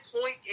point